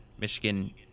Michigan